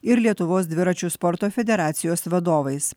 ir lietuvos dviračių sporto federacijos vadovais